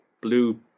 blue